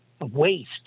waste